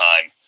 time